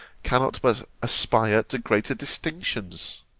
cannot but aspire to greater distinctions?